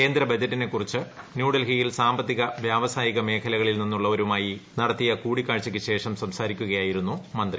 കേന്ദ്രബജറ്റിനെകുറിച്ച് ന്യൂഡൽഹിയിൽ സാമ്പത്തിക വൃവസായിക മേഖലയിൽ നിന്നുള്ളവരുമായി നടത്തിയ കൂടിക്കാഴ്ചയ്ക്ക് ശേഷം സംസാരിക്കുകയായിരുന്നു മന്ത്രി